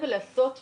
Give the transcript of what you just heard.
ההבנה שעכשיו קשה,